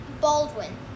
Baldwin